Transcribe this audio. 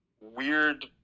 weird